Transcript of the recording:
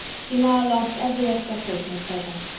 she now lost every expectation of pleasure.